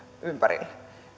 ympärillä